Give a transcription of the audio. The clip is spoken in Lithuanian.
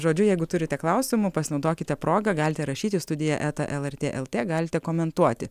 žodžiu jeigu turite klausimų pasinaudokite proga galite rašyti studija eta lrt lt galite komentuoti